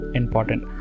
important